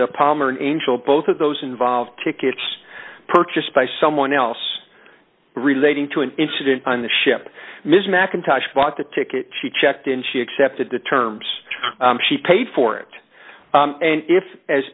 s palmer and angel both of those involved tickets purchased by someone else relating to an incident on the ship ms mackintosh bought the ticket she checked and she accepted the terms she paid for it and if as